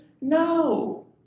No